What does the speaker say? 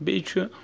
بیٚیہِ چھُ